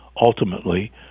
ultimately